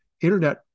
internet